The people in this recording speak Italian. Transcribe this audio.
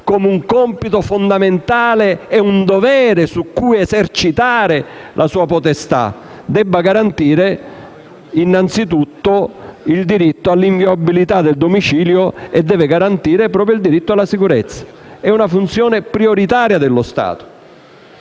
come un compito fondamentale e un dovere su cui esercitare la sua potestà, debba garantire innanzi tutto il diritto all'inviolabilità del domicilio e, quindi, il diritto alla sicurezza. È una funzione prioritaria dello Stato.